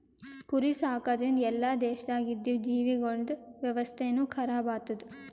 ಕುರಿ ಸಾಕದ್ರಿಂದ್ ಎಲ್ಲಾ ದೇಶದಾಗ್ ಇದ್ದಿವು ಜೀವಿಗೊಳ್ದ ವ್ಯವಸ್ಥೆನು ಖರಾಬ್ ಆತ್ತುದ್